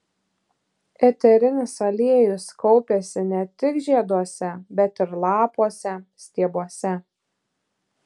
eterinis aliejus kaupiasi ne tik žieduose bet ir lapuose stiebuose